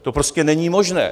To prostě není možné.